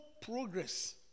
progress